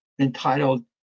entitled